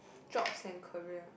jobs and career